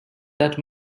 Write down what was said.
that